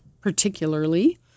particularly